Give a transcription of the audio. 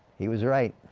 he was right.